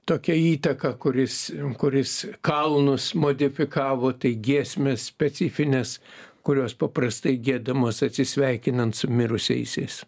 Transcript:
tokia įtaka kuris kuris kalnus modifikavo tai giesmės specifinės kurios paprastai giedamos atsisveikinant su mirusiaisiais